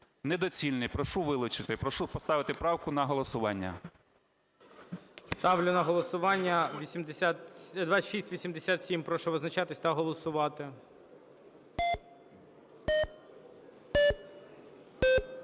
недоцільні. Прошу вилучити. Прошу поставити правку на голосування. ГОЛОВУЮЧИЙ. Ставлю на голосування 2687. Прошу визначатись та голосувати.